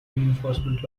reinforcement